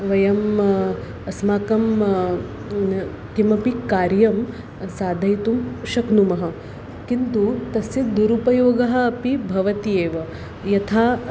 वयम् अस्माकं किमपि कार्यं साधयितुं शक्नुमः किन्तु तस्य दुरुपयोगः अपि भवति एव यथा